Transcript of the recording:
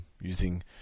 using